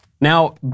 Now